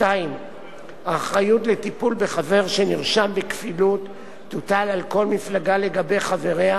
2. האחריות לטיפול בחבר שנרשם בכפילות תוטל על כל מפלגה לגבי חבריה,